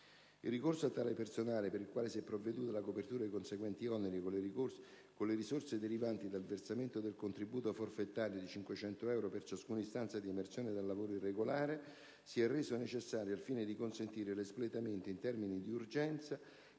Il ricorso a tale personale, per il quale si è provveduto alla copertura dei conseguenti oneri con le risorse derivanti dal versamento del contributo forfetario di 500 euro per ciascuna istanza di emersione dal lavoro irregolare, si è reso necessario al fine di consentire l'espletamento, in termini di urgenza,